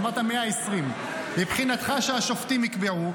אמרת 120. מבחינתך שהשופטים יקבעו,